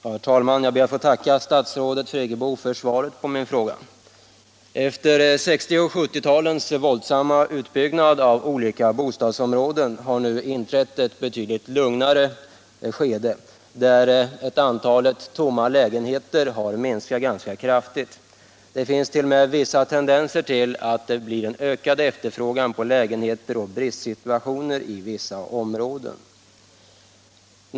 Herr talman! Jag ber att få tacka statsrådet Friggebo för svaret på min fråga. Efter 1960 och 1970-talens våldsamma utbyggnad av olika bostadsområden har nu inträtt ett betydligt lugnare skede. Antalet tomma lägenheter har minskat ganska kraftigt, och det finns t.o.m. vissa tendenser till en ökad efterfrågan på lägenheter och bristsituationer i vissa områden.